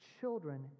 children